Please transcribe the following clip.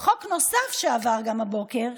גם חוק נוסף עבר הבוקר,